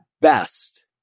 best